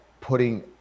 putting